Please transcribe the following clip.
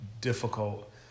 difficult